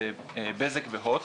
זה בזק והוט,